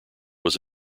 was